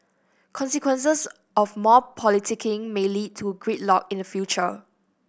consequences of more politicking may lead to gridlock in future